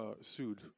sued